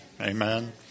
Amen